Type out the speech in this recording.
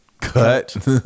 Cut